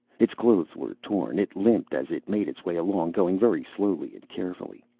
its clothes were torn. it limped as it made its way along, going very slowly and carefully.